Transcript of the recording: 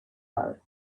load